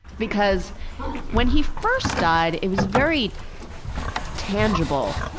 because when he first died it was very tangible.